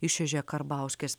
išrėžė karbauskis